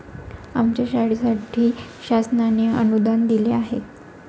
आमच्या शाळेसाठी शासनाने अनुदान दिले आहे